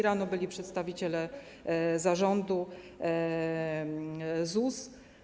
Rano byli przedstawiciele Zarządu ZUS.